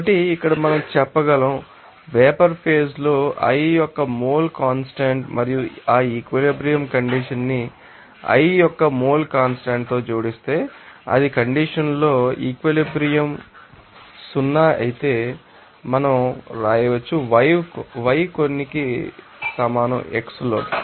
కాబట్టి ఇక్కడ మనం చెప్పగలను వేపర్ ఫేజ్ లో i యొక్క మోల్ కాన్స్టాంట్ మరియు ఆ ఈక్విలిబ్రియం కండిషన్ ని i యొక్క మోల్ కాన్స్టాంట్ తో జోడిస్తే అది కండిషన్ లో ఈక్విలిబ్రియం ం అయితే మనం రాయవచ్చు yi కొన్ని కి కి సమానం xi లోకి